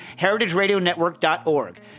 heritageradionetwork.org